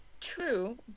True